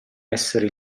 essere